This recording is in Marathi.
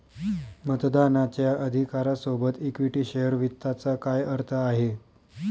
मतदानाच्या अधिकारा सोबत इक्विटी शेअर वित्ताचा काय अर्थ आहे?